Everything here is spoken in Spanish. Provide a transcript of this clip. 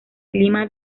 clima